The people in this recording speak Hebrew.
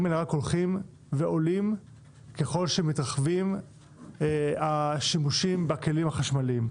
האלה רק הולכים ועולים ככל שמתרחבים השימושים בכלים החשמליים.